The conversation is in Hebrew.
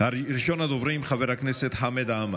ראשון הדוברים, חבר הכנסת חמד עמאר,